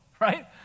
right